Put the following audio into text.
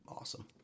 Awesome